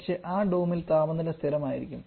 പക്ഷേ ആ ഡോംൽ താപനില സ്ഥിരമായിരിക്കും